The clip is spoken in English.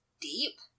Deep